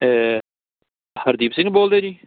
ਹਰਦੀਪ ਸਿੰਘ ਬੋਲਦੇ ਜੀ